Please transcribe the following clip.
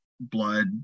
blood